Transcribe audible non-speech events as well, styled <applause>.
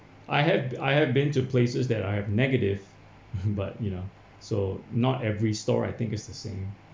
I have I have been to places that I have negative <laughs> but you know so not every store I think it's the same